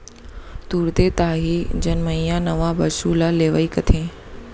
तुरते ताही जनमइया नवा बछरू ल लेवई कथें